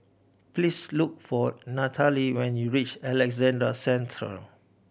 please look for Nathaly when you reach Alexandra Central